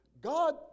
God